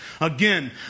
Again